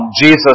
Jesus